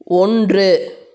ஒன்று